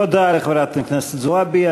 תודה לחברת הכנסת זועבי.